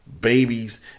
babies